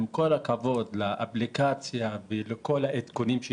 עם כל הכבוד לאפליקציה ולכל העדכונים,